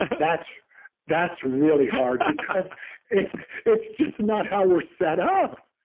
that's that's really hard because it's it's just not how we're set up.